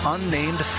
Unnamed